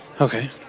Okay